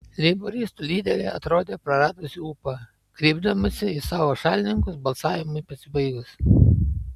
leiboristų lyderė atrodė praradusį ūpą kreipdamasi į savo šalininkus balsavimui pasibaigus